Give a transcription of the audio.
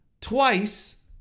twice